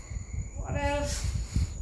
what else